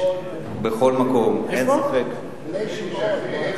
בכל מקום, בני-שמעון.